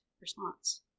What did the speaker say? response